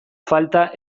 falta